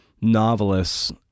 novelists